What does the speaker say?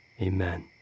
Amen